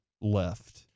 left